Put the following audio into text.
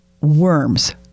worms